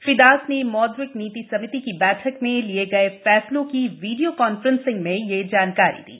श्री दास ने मौद्रिक नीति समिति की बैठक में लिए गए फैसलों की वीडियो कांफ्रेंस में ये जानकारी दी